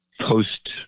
post